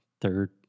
third